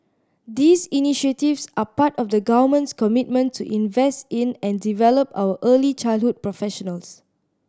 these initiatives are part of the Government's commitment to invest in and develop our early childhood professionals